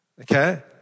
Okay